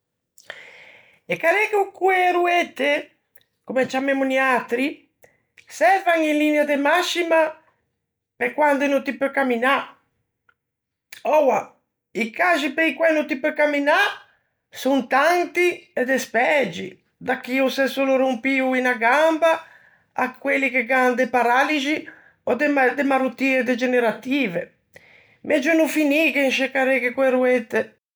E carreghe co-e roette, comme ê ciammemmo niatri, servan in linia de mascima pe quande no ti peu camminâ. Oua, i caxi pe-i quæ no ti peu camminâ son tanti e despægi: da chi o s'é solo rompio unna gamba à quelli che gh'an de paralixi ò de marottie degenerative. Megio no finîghe in scê carreghe co-e roette.